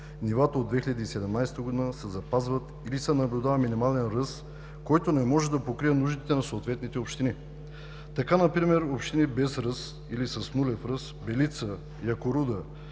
нивата от 2017 г. се запазват или се наблюдава минимален ръст, който не може да покрие нуждите на съответните общини. Така например общини без ръст или с нулев ръст – Белица, Якоруда,